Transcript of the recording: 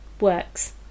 works